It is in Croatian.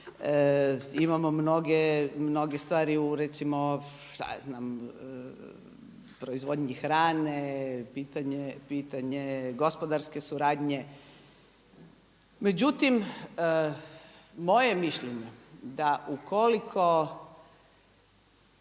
Imamo mnoge stvari u recimo šta ja znam proizvodnji hrane, pitanje gospodarske suradnje. Međutim, moje je mišljenje da ukoliko